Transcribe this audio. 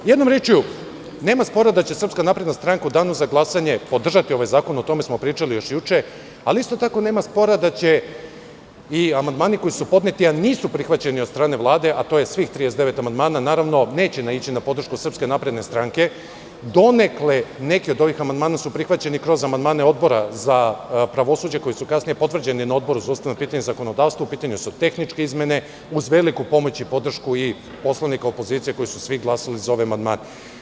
Jednom rečju, nema spora da će SNS u danu za glasanje podržati ovaj zakon, o tome smo pričali još juče, ali isto tako nema spora da će i amandmani koji su podneti, a nisu prihvaćeni od strane Vlade, a to je svih 39 amandmana, naravno, neće naići na podršku SNS, donekle neki od amandmana su prihvaćeni kroz amandmane Odbora za pravosuđe, koji su kasnije potvrđeni na Odboru za ustavna pitanja i zakonodavstvo, u pitanju su tehničke izmene, uz veliku pomoć i podršku i poslanika opozicije koji su glasali za ove amandmane.